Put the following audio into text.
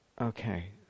Okay